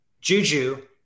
Juju